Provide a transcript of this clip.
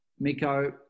Miko